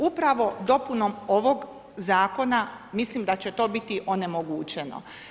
Upravo dopunom ovog zakona, mislim da će to biti onemogućeno.